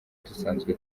dusanzwe